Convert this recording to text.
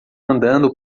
andando